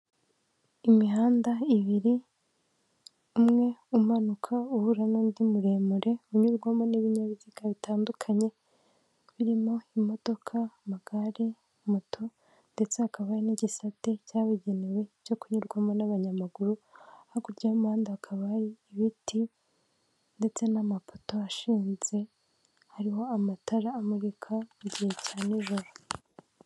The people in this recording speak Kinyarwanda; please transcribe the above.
Imihanda ibiri, umwe umanuka uhura n'undi muremure unyurwamo n'ibinyabiziga bitandukanye, birimo imodoka, amagare, moto ndetse hakaba n'igisate cyabugenewe cyo kunyurwamo n'abanyamaguru, hakurya y'umuhanda hakaba hari ibiti ndetse n'amapoto ashinze hariho amatara amurika mu gihe cya nijoro.